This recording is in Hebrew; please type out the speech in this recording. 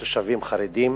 תושבים חרדים.